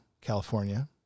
California